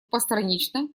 постранично